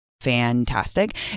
Fantastic